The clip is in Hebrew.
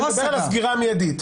אני מדבר על הסגירה המידית.